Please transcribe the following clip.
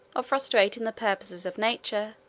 of frustrating the purposes of nature,